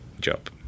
job